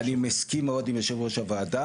אני מסכים מאוד עם יו"ר הוועדה,